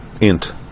int